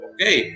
Okay